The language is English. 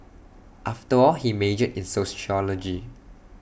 after all he majored in sociology